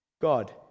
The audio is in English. God